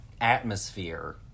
atmosphere